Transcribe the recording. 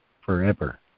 forever